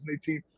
2018